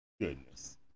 Goodness